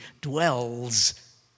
dwells